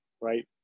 right